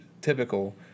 typical